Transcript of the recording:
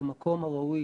במקום הראוי